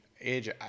Age